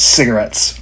Cigarettes